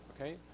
okay